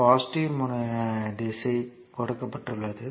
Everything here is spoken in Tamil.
பாசிட்டிவ் திசை கொடுக்கப்பட்டுள்ளது